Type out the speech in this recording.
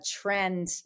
trend